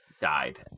died